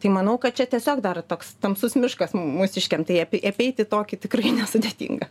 tai manau kad čia tiesiog dar toks tamsus miškas mūsiškiam tao apie apeiti tokį tikrai nesudėtinga